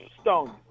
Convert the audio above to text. Stone